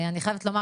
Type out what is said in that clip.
אני חייבת לומר,